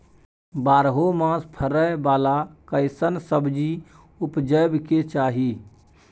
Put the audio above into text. बारहो मास फरै बाला कैसन सब्जी उपजैब के चाही?